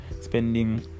spending